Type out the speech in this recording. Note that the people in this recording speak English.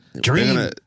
Dream